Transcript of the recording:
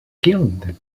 killing